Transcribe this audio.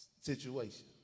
situation